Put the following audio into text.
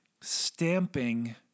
stamping